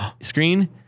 screen